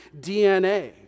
DNA